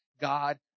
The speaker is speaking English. God